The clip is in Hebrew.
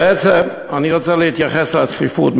בעצם אני רוצה להתייחס לצפיפות.